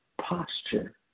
posture